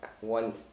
one